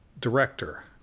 director